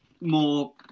more